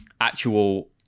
actual